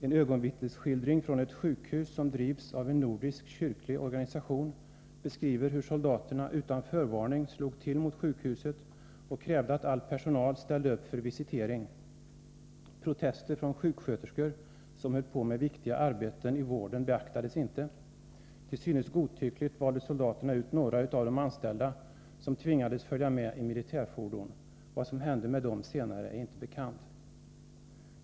En ögonvittnesskildring från ett sjukhus som drivs av en nordisk kyrklig organisation beskriver hur soldaterna utan förvarning slog till mot sjukhuset. De krävde att all personal skulle ställa upp för visitering. Protester från sjuksköterskor som var sysselsatta med viktiga uppgifter i vården beaktades inte. Soldaterna valde, till synes godtyckligt, ut några av de anställda och tvingade dem att följa med i militärfordon. Vad som senare hände dem är inte bekant.